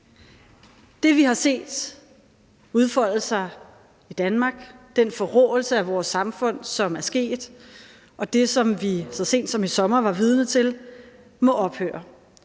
Det, vi har set udfolde sig i Danmark, den forråelse af vores samfund, som er sket, og det, som vi så sent som i sommer var vidne til, må ophøre.